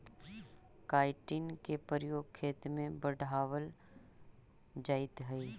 chitin के प्रयोग खेत में बढ़ावल जाइत हई